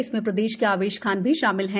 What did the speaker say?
इसमें प्रदेश के आवेश खान भी शामिल है